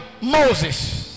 Moses